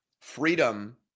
freedom